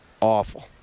awful